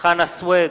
חנא סוייד,